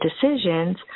decisions